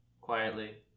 quietly